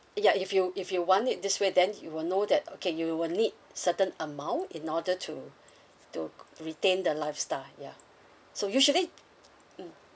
ya if you if you want it this way then you will know that okay you will need certain amount in order to to retain the lifestyle yeah so usually mm